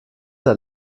der